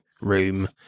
room